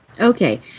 Okay